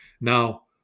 now